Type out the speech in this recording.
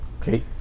Okay